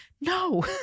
No